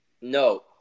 No